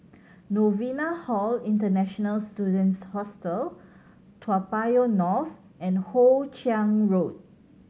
Novena Hall International Students Hostel Toa Payoh North and Hoe Chiang Road